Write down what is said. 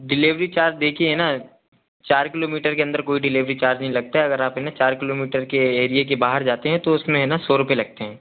delivery charge देखिए है ना चार किलोमीटर के अंदर कोई डिलिवरी चार्ज नहीं लगता है अगर आप है ना चार किलोमीटर के एरिए के बाहर जाते हैं तो उसमें है ना सौ रुपए लगते हैं